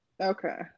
Okay